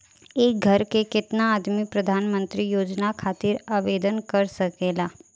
एक घर के केतना आदमी प्रधानमंत्री योजना खातिर आवेदन कर सकेला?